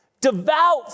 Devout